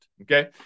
okay